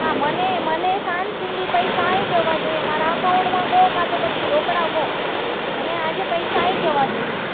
હા મને મને સાંજ સુધી પૈસા આઈ જવા જોઈએ મારા અકાઉન્ટમાં કો કાં તો પછી રોકડા કહો મને આજે પૈસા આવી જવા જોઈએ